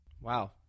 Wow